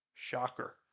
Shocker